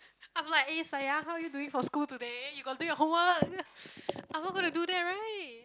I'm like eh sayang how are you doing for school today you got do your homework I'm not gonna do that right